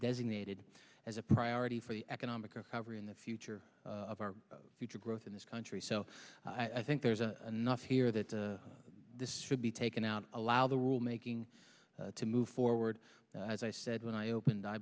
designated as a priority for the economic recovery in the future of our future growth in this country so i think there's a anough here that the this should be taken out allow the rulemaking to move forward as i said when i opened i